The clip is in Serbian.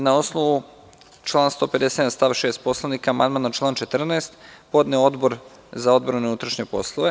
Na osnovu člana 157. stav 6. Poslovnika amandman na član 14. podneo je Odbor za odbranu i unutrašnje poslove.